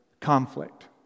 conflict